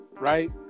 right